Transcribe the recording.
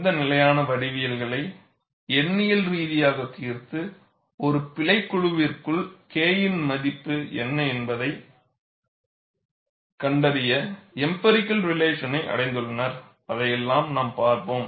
இந்த நிலையான வடிவவியல்களை எண்ணியல் ரீதியாகத் தீர்த்து ஒரு பிழைக் குழுவிற்குள் K இன் மதிப்பு என்ன என்பதைக் கண்டறிய எம்பேறிகள் ரிலேஷனை அடைந்துள்ளனர் அதையெல்லாம் நாம் பார்ப்போம்